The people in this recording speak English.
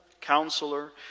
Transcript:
Counselor